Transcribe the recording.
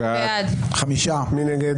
מי נגד?